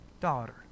daughter